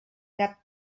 cap